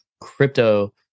crypto